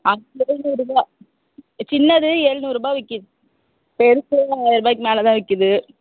அது எழுநூறுபா சின்னது எழுநூருபா விற்கிது பெருசு ஆயருபாய்க்கு மேல தான் விற்கிது